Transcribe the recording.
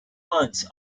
months